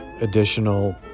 additional